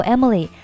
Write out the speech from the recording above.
Emily